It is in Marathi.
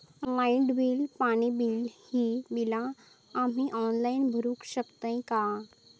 लाईट बिल, पाणी बिल, ही बिला आम्ही ऑनलाइन भरू शकतय का?